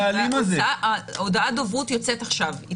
הודעת דוברות יוצאת עכשיו.